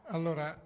Allora